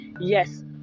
yes